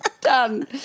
Done